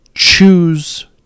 Choose